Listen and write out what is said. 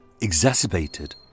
exacerbated